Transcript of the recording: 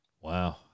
Wow